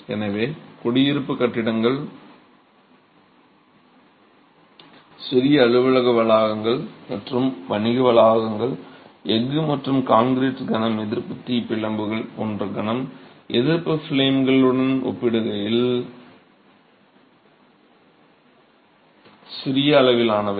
எனவே குடியிருப்பு கட்டிடங்கள் சிறிய அலுவலக வளாகங்கள் மற்றும் வணிக வளாகங்கள் எஃகு மற்றும் கான்கிரீட் கணம் எதிர்ப்பு ஃப்ளேம்கள் போன்ற கணம் எதிர்ப்பு ஃப்ளேம்களுடன் ஒப்பிடுகையில் சிறிய அளவிலானவை